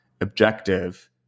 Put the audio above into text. objective